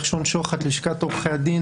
לשכת עורכי הדין.